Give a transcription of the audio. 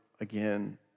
again